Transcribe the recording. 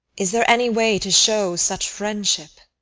is there any way to show such friendship?